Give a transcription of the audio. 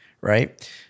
right